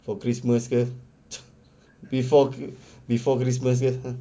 for christmas ke before before christmas ke